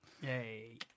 yay